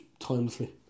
timelessly